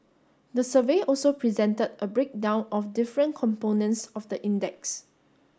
the survey also presented a breakdown of different components of the index